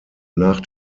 nach